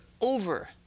over